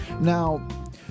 now